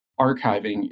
archiving